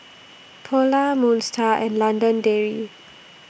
Polar Moon STAR and London Dairy